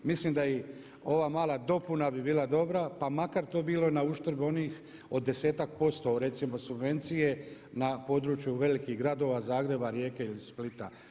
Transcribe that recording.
Mislim da i ova mala dopuna bi bila dobra pa makar to bilo na uštrb onih od 10% recimo subvencije na području velikih gradova Zagreba, Rijeke ili Splita.